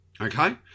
Okay